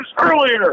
earlier